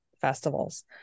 festivals